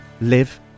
live